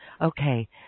Okay